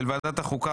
של ועדת החוקה,